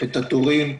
את התורים.